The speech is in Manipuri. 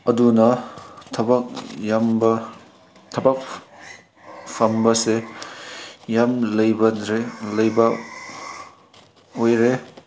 ꯑꯗꯨꯅ ꯊꯕꯛ ꯌꯥꯝꯕ ꯊꯕꯛ ꯐꯪꯕꯁꯦ ꯌꯥꯝ ꯂꯩꯕꯗ꯭ꯔꯦ ꯂꯩꯕꯥ ꯑꯣꯏꯔꯦ